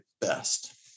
best